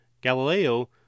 Galileo